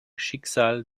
schicksal